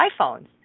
iPhones